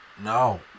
No